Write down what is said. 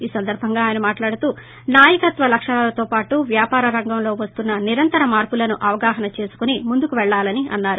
ఈ సందర్బంగా ఆయన మాట్లాడుతూ నాయకత్వ లక్షణాలతో పాటు వ్యాపార రంగంలో వస్తున్న నిరంతర మార్పులను అవగాహన చేసుకుని ముందుకు పెళ్లాలని అన్నారు